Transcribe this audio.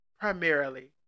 primarily